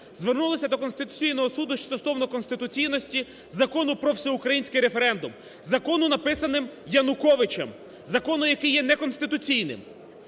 звернулися до Конституційного Суду стосовно конституційності Закону "Про всеукраїнський референдум", закону, написаного Януковичем, закону, який є неконституційним.